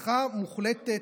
ובשליחה מוחלטת,